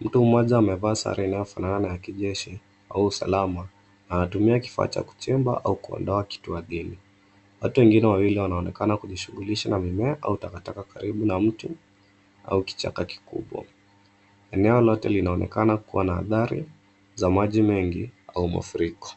Mtu mmoja amevaa sare inayofanana na kijeshi au usalama, anatumia kifaa cha kuchimba au kuondoa kitua geni. Watu wengine wawili wanaonekana kujishughulisha na mimea au takataka karibu na mti au kichaka kikubwa. Eneo lote linaonekana kuwa na athari za maji mengi au mafuriko.